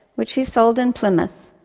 which he sold in plymouth,